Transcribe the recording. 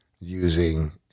using